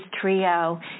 Trio